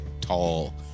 tall